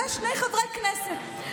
ושני חברי כנסת.